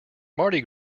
mardi